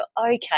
okay